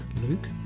Luke